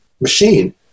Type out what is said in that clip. machine